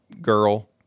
girl